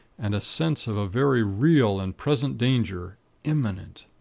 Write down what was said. and a sense of a very real and present danger imminent.